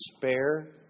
despair